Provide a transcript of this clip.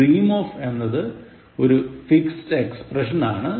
Dream of എന്നത് ഒരു fixed expression ആണ്